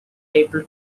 able